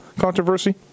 controversy